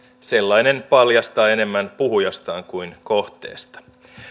sellainen paljastaa enemmän puhujasta kuin kohteesta